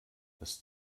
dass